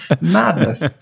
madness